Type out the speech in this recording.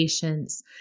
patients